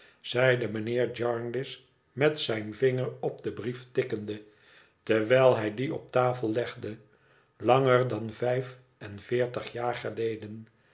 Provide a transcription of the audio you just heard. zeide mijnheer jarndyce met zijn vinger op den brief tikkende terwijl hij dien op de tafel legde langer dan vijf en veertig jaar geleden